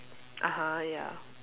(uh huh) ya